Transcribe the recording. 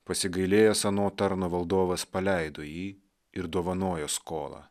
pasigailėjęs ano tarno valdovas paleido jį ir dovanojo skolą